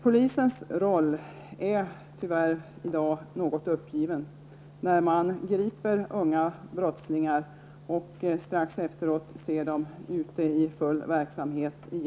Polisens roll är i dag tyvärr något uppgiven. Man griper unga brottslingar och ser dem gång på gång strax efteråt ute i full verksamhet.